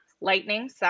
lightning